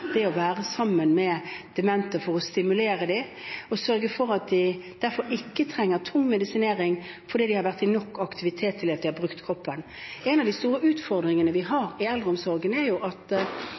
det å være sammen med demente for å stimulere dem og sørge for at de ikke trenger tung medisinering, fordi de har vært nok i aktivitet – de har brukt kroppen. En av de store utfordringene vi har i eldreomsorgen, er at